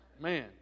Man